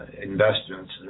investments